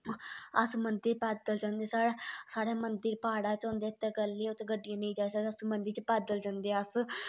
अस मंदिर पैदल जन्दे साढ़े मंदिर पहाड़े च होंदे इस गल्ला उत्थें गड्डियां नेईं जाई सकदे उस मंदिर च पैदल जन्दे अस